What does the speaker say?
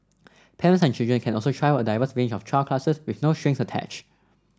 parents and children can also try out a diverse range of trial classes with no strings attach